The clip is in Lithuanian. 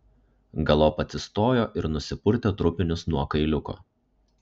galop atsistojo ir nusipurtė trupinius nuo kailiuko